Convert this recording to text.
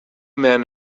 men